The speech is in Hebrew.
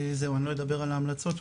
אני לא אדבר על ההמלצות,